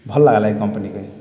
ଭଲ୍ ଲାଗ୍ଲା ଏ କମ୍ପାନୀକେ